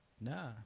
Nah